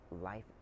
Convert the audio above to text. life